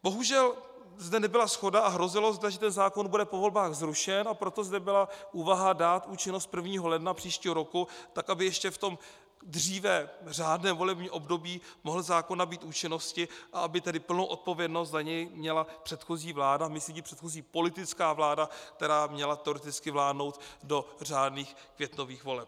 Bohužel zde nebyla shoda a hrozilo zde, že ten zákon bude po volbách zrušen, a proto zde byla úvaha dát účinnost prvního ledna příštího roku, tak aby ještě v tom dříve řádném volebním období mohl zákon nabýt účinnosti, a aby tedy plnou odpovědnost za něj měla předchozí vláda, myslím tím předchozí politická vláda, která měla teoreticky vládnout do řádných květnových voleb.